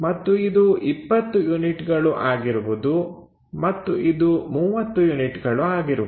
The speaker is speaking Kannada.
ಮತ್ತು ಇದು 20 ಯೂನಿಟ್ಗಳು ಆಗಿರುವುದು ಮತ್ತು ಇದು 30 ಯೂನಿಟ್ಗಳು ಆಗಿರುವುದು